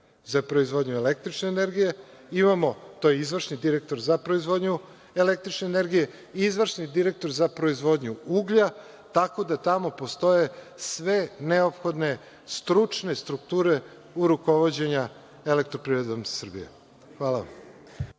za proizvodnju električne energije, imamo, to je izvršni direktor za proizvodnju električne energije, izvršni direktor za proizvodnju uglja, tako da tamo postoje sve neophodne stručne strukture u rukovođenju „Elektroprivredom Srbije“. Hvala.